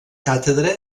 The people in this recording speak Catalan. càtedra